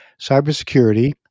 cybersecurity